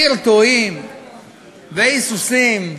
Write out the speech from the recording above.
קרטועים והיסוסים ובעיות.